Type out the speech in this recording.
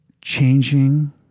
changing